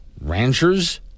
ranchers